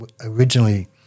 originally